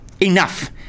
enough